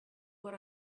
what